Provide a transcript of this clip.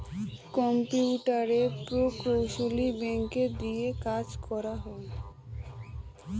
কম্পিউটারের প্রকৌশলী বিজ্ঞান দিয়ে কাজ করা হয়